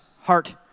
heart